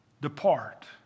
depart